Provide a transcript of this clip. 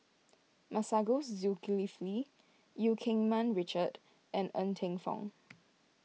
Masagos Zulkifli Eu Keng Mun Richard and Ng Teng Fong